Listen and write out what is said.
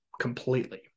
Completely